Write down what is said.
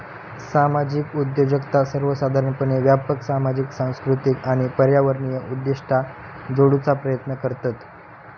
सामाजिक उद्योजकता सर्वोसाधारणपणे व्यापक सामाजिक, सांस्कृतिक आणि पर्यावरणीय उद्दिष्टा जोडूचा प्रयत्न करतत